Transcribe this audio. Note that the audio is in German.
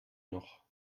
noch